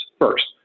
first